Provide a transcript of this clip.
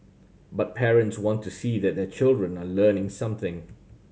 but parents want to see that their children are learning something